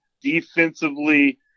defensively